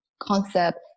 concept